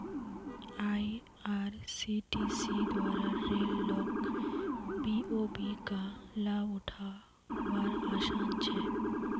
IRCTC द्वारा rail लोक BOB का लाभ उठा वार आसान छे